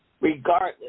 regardless